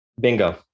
Bingo